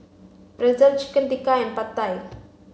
Pretzel Chicken Tikka and Pad Thai